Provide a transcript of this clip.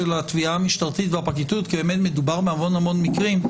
התביעה המשטרתית והפרקליטות כי באמת מדובר בהמון מקרים,